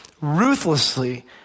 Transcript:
ruthlessly